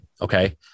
Okay